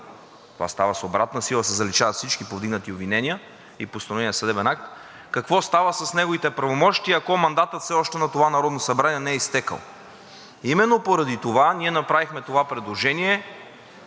това става с обратна сила – заличават всички повдигнати обвинения и постановения съдебен акт, какво става с неговите правомощия, ако все още мандатът на това Народно събрание не е изтекъл? Именно поради това, ние направихме това предложение.